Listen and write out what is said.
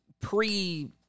pre